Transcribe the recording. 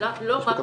זה לא רק משטרה,